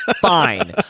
fine